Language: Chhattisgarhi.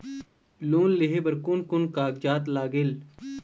लोन लेहे बर कोन कोन कागजात लागेल?